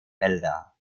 felder